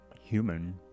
human